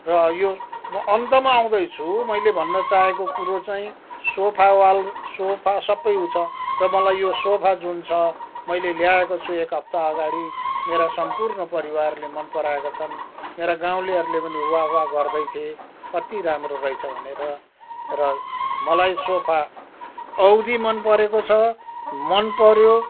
र यो म अन्तमा आउँदैछु मैले भन्न चाहेको कुरो चाहिँ सोफावाल सोफा सबै उ छ र मलाई यो सोफा जुन छ मैले ल्याएको छु एक हप्ता अगाडि मेरा सम्पूर्ण परिवारले मन पराएका छन् मेरा गाउँलेहरूले पनि वाह वाह गर्दैथिए कत्ति राम्रो रहेछ भनेर र मलाई सोफा औधी मन परेको छ मन पऱ्यो